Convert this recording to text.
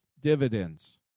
dividends